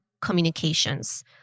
communications